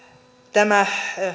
tämä